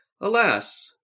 Alas